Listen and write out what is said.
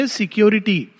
security